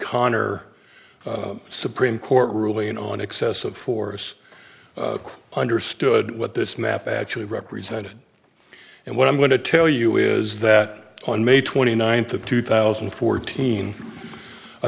connor supreme court ruling on excessive force i understood what this map actually represented and what i'm going to tell you is that on may twenty ninth of two thousand and fourteen